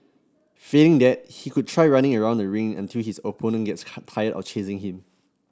failing that he could try running around the ring until his opponent gets tired of chasing him